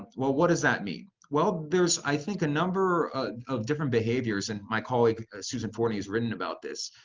well, what does that mean? well, there's i think a number of different behaviors and my colleague susan fortney has written about this,